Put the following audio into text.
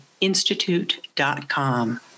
institute.com